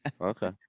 Okay